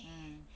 mm